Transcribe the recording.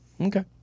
Okay